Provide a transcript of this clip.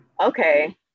okay